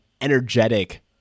energetic